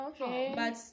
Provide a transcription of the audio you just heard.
okay